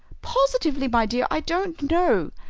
positively, my dear, i don't know.